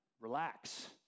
relax